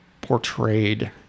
portrayed